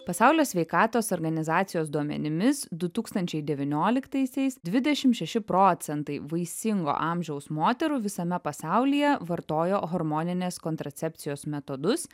pasaulio sveikatos organizacijos duomenimis du tūkstančiai devynioliktaisiais dvidešimt šeši procentai vaisingo amžiaus moterų visame pasaulyje vartojo hormoninės kontracepcijos metodus